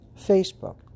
Facebook